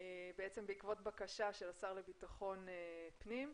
בעקבות בקשה של השר לביטחון פנים.